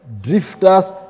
drifters